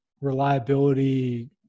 reliability